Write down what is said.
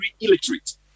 illiterate